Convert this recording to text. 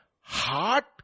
heart